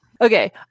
Okay